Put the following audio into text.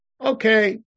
okay